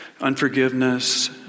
unforgiveness